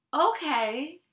okay